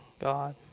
God